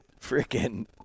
Freaking